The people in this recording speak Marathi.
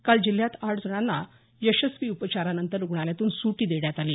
काल जिल्ह्यात आठ जणांना यशस्वी उपचारानंतर रुग्णालयातून सुटी देण्यात आली